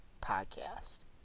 Podcast